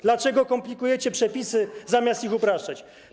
Dlaczego komplikujecie przepisy zamiast je upraszczać?